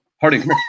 Harding